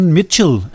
Mitchell